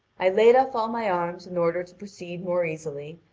i laid off all my arms in order to proceed more easily,